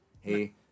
hey